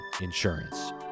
insurance